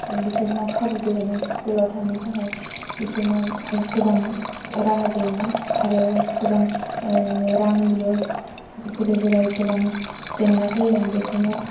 बिसोरनाव खाबु गैयामोन स्कुलाव थांनो थाखाय बिसोरनाव गोबां राहा गैयामोन आरो गोबां रांनिबो गोदो गोदाय गोबां जेंना जायोमोन बेखायनो